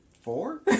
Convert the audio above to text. four